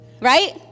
Right